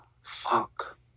Fuck